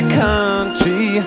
country